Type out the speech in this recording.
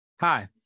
hi